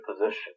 position